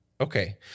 Okay